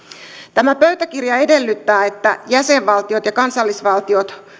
tämä pöytäkirja edellyttää että jäsenvaltiot ja kansallisvaltiot